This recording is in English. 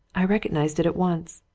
i recognized it at once.